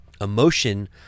emotion